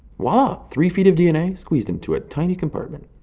voila! three feet of dna squeezed into a tiny compartment.